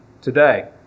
today